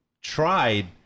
tried